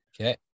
Okay